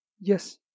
Yes